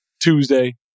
Tuesday